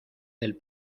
del